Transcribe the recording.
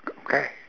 okay